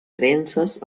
creences